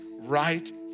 right